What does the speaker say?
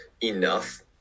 enough